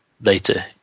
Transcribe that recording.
later